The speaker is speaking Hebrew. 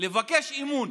לבקש אמון,